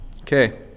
Okay